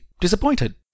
disappointed